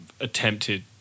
attempted